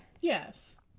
Yes